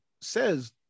says